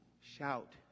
shout